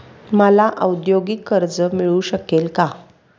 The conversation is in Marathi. मला औद्योगिक कर्ज मिळू शकेल का?